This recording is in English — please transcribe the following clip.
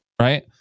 right